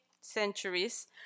Centuries